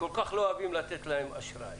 וכל כך לא אוהבים לתת להם אשראי,